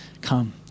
come